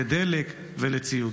לדלק ולציוד.